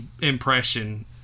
impression